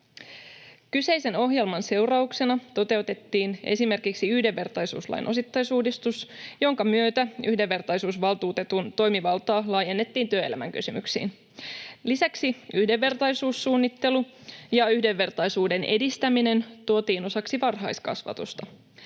Kyseisen ohjelman seurauksena toteutettiin esimerkiksi yhdenvertaisuuslain osittaisuudistus, jonka myötä yhdenvertaisuusvaltuutetun toimivaltaa laajennettiin työelämän kysymyksiin. Lisäksi yhdenvertaisuussuunnittelu ja yhdenvertaisuuden edistäminen tuotiin osaksi varhaiskasvatusta.